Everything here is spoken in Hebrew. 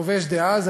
הכובש דאז,